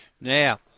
Now